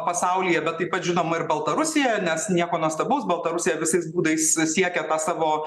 pasaulyje bet taip pat žinoma ir baltarusijoje nes nieko nuostabaus baltarusija visais būdais siekia savo